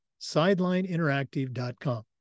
Sidelineinteractive.com